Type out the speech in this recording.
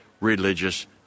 religious